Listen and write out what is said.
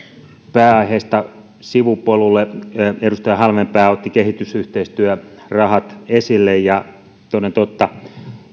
pääaiheesta sivupolulle edustaja halmeenpää otti kehitysyhteistyörahat esille ja toden totta